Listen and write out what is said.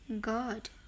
God